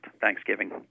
Thanksgiving